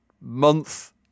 month